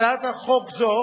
הצעת חוק זו